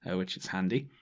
which is handy.